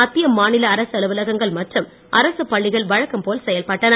மத்திய மாநில அரசு அலுவலகங்கள் மற்றும் அரசுப் பள்ளிகள் வழக்கம்போல் செயல்பட்டன